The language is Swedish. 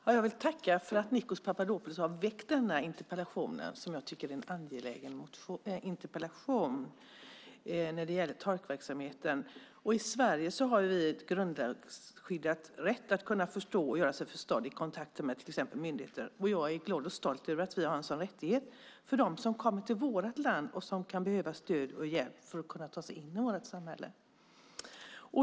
Fru talman! Jag vill tacka för att Nikos Papadopoulos har väckt denna interpellation, som jag tycker är angelägen, om tolkverksamheten. I Sverige har vi en grundlagsskyddad rätt att kunna förstå och göra sig förstådd i kontakten med till exempel myndigheter. Jag är glad och stolt över att vi har en sådan rättighet för dem som kommer till vårt land och som kan behöva stöd och hjälp för att kunna ta sig in i vårt samhälle.